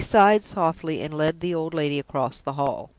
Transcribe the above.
he sighed softly, and led the old lady across the hall.